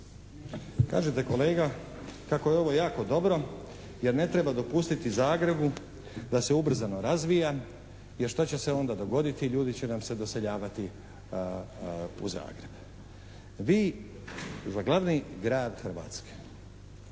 Kažete kolega kako je ovo jako dobro jer ne treba dopustiti Zagrebu da se ubrzano razvija jer što će se onda dogoditi, ljudi će nam se doseljavati u Zagreb. Vi za glavni grad Hrvatske,